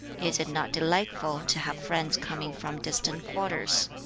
is it not delightful to have friends coming from distant quarters